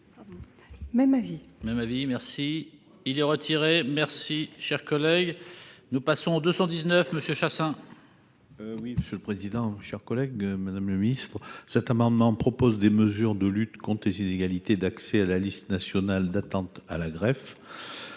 Même avis !